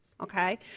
Okay